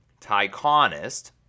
Tyconist